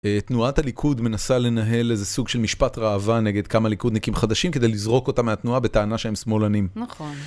תנועת הליכוד מנסה לנהל איזה סוג של משפט ראווה נגד כמה ליכודניקים חדשים כדי לזרוק אותה מהתנועה בטענה שהם שמאלנים. נכון.